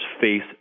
face